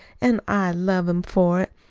an' i love him for it.